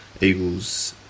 Eagles